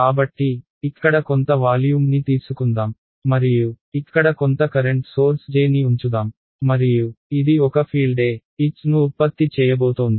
కాబట్టి ఇక్కడ కొంత వాల్యూమ్ని తీసుకుందాం మరియు ఇక్కడ కొంత కరెంట్ సోర్స్ J ని ఉంచుదాం మరియు ఇది ఒక ఫీల్డ్ E H ను ఉత్పత్తి చేయబోతోంది